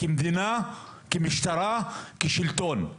כמדינה, כמשטרה, כשלטון.